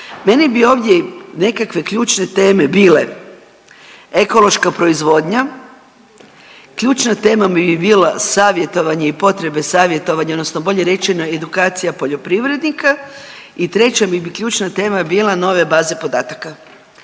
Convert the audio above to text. Meni bi ovdje nekakve ključne teme bile ekološka proizvodnja. Ključna tema bi mi bila savjetovanje i potrebe savjetovanja odnosno bolje rečeno edukacija poljoprivrednika. I treća bi mi ključna tema bila nove baze podataka.